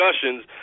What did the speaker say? discussions